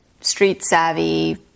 street-savvy